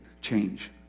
change